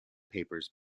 papers